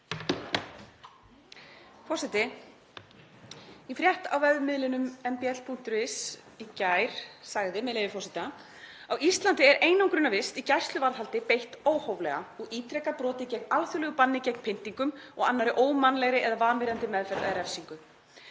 Forseti. Í frétt á vefmiðlinum mbl.is í gær sagði, með leyfi forseta: „Á Íslandi er einangrunarvist í gæsluvarðhaldi beitt óhóflega og ítrekað brotið gegn alþjóðlegu banni gegn pyndingum og annarri ómannlegri eða vanvirðandi meðferð eða refsingu.